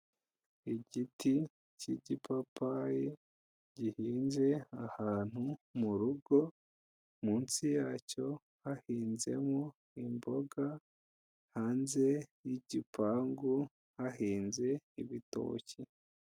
Igiti cy'igipapayi gihinze ahantu murugo, munsi yacyo hahinzemo imboga, hanze y'igipangu hahinze ibitoki.